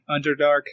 Underdark